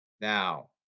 Now